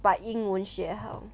把英文学好